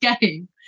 game